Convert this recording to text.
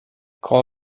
call